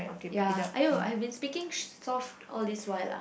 ya !aiyo! I've been speaking soft all this while ah